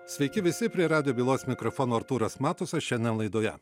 sveiki visi prie radijo bylos mikrofono artūras matusas šiandien laidoje